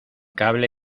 cable